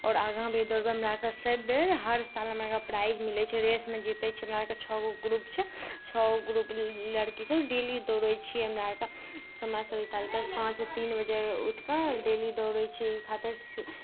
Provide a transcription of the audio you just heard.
आओर आगाँ भी दौड़बै हमरा आरकेँ सभ बेर हर साल हमरा आरकेँ प्राइज मिलै छै रेसमे जीतै छलहुँ हमरा आरके छओ गोके ग्रुप छै छओ गोके ग्रुप लड़कीसभ डेली दौड़ै छियै हमरा आरके समय सभ निकालि कऽ पाँच तीन बजे उठि कऽ डेली दौड़ै छियै ई खातिर श